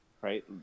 right